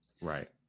right